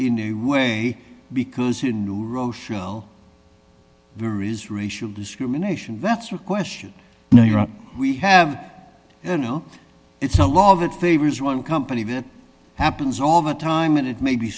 new way because in new rochelle there is racial discrimination that's what question no you're right we have no it's a law that favors one company that happens all the time and it may be